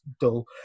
dull